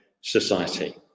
society